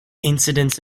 incidents